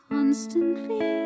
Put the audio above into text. Constantly